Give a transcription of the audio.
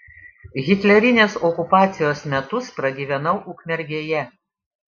hitlerinės okupacijos metus pragyvenau ukmergėje